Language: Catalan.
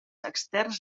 externs